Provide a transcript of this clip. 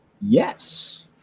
Yes